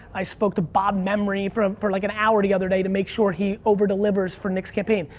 i spoke to bob memory for for like an hour the other day to make sure he over delivers for nick's campaign.